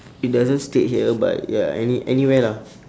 it doesn't state here but ya any~ anywhere lah